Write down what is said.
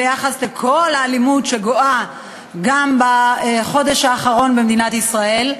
ביחס לכל האלימות שגואה גם בחודש האחרון במדינת ישראל,